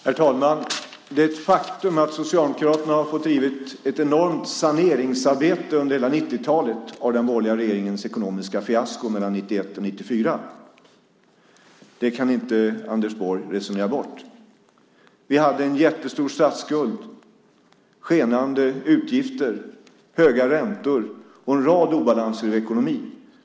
Herr talman! Det är ett faktum att Socialdemokraterna har fått bedriva ett enormt saneringsarbete under hela 90-talet efter den borgerliga regeringens ekonomiska fiasko mellan 1991 och 1994. Det kan inte Anders Borg resonera bort. Vi hade en jättestor statsskuld, skenande utgifter, höga räntor och en rad obalanser i ekonomin.